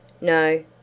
No